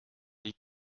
niet